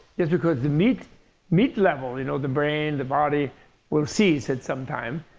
it's because the meat meat level you know the brain, the body will cease at some time.